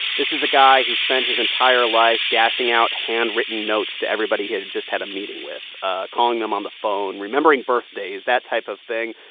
this is a guy who spent his entire life dashing out handwritten notes to everybody who had just had a meeting with, ah calling them on the phone, remembering birthdays that type of thing.